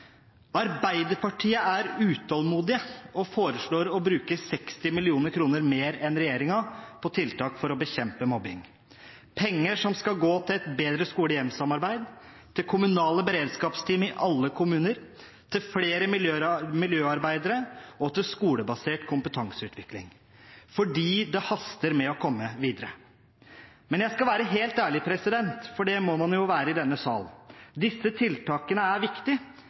Arbeiderpartiet er utålmodige og foreslår å bruke 60 mill. kr mer enn regjeringen på tiltak for å bekjempe mobbing. Dette er penger som skal gå til et bedre skole–hjem-samarbeid, kommunale beredskapsteam i alle kommuner, flere miljøarbeidere og skolebasert kompetanseutvikling, fordi det haster med å komme videre. Men jeg skal være helt ærlig, for det må man jo være i denne salen: Disse tiltakene er